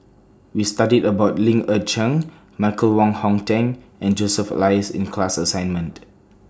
We studied about Ling Michael Wong Hong Teng and Joseph Elias in class assignment